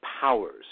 Powers